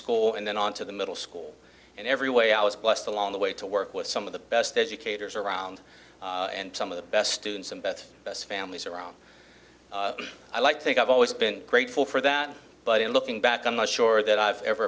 school and then on to the middle school and every way i was blessed along the way to work with some of the best educators around and some of the best students and best best families around i like think i've always been grateful for that but in looking back i'm not sure that i've ever